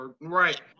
Right